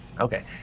okay